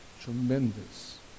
tremendous